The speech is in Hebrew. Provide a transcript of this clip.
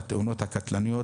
לתאונות הקטלניות,